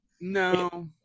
No